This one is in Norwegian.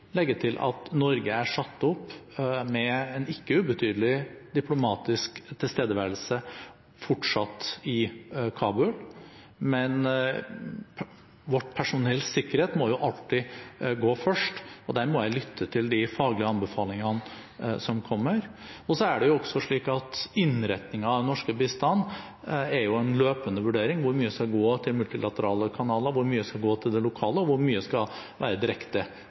legge til at Norge fortsatt er satt opp med en ikke ubetydelig diplomatisk tilstedeværelse i Kabul. Men vårt personells sikkerhet må jo alltid komme først, og der må jeg lytte til de faglige anbefalingene som kommer. Det er også slik at innretningen av den norske bistanden er en løpende vurdering av hvor mye som skal gå til multilaterale kanaler, hvor mye som skal gå til det lokale, og hvor mye som skal være direkte